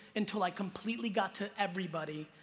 until i completely got to everybody,